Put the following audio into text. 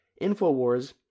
InfoWars